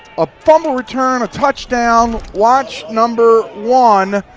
a fumble return, a touchdown. watch number one,